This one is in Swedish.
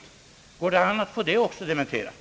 Går det an att få även detta dementerat?